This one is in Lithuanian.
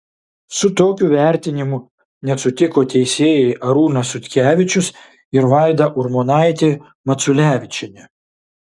su tokiu vertinimu nesutiko teisėjai arūnas sutkevičius ir vaida urmonaitė maculevičienė